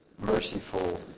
Merciful